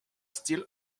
style